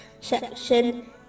section